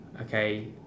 okay